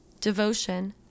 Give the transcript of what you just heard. devotion